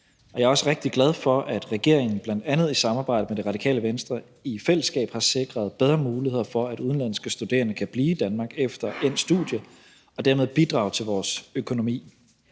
Jeg er også rigtig glad for, at regeringen bl.a. i samarbejde med Det Radikale Venstre har sikret bedre muligheder for, at flere udenlandske studerende kan blive i Danmark efter endt studie og dermed bidrage til vores økonomi.